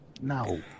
No